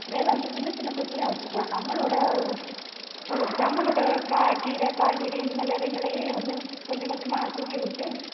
மேலே வந்து சின்னச் சின்ன தொட்டியாக வச்சுக்கலாம் நம்மளோடய நம்மளோடய கா கீரை காய்கறி இந்த விதைகளே வந்து கொஞ்சம் கொஞ்சமாக தூவிவிட்டு